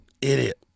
Idiot